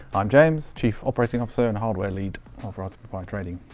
i'm james, chief operating officer and hardware lead of raspberry pi trading.